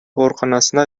ооруканасына